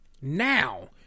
Now